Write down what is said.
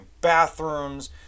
bathrooms